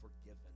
forgiven